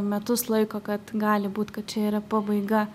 metus laiko kad gali būt kad čia yra pabaiga